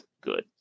good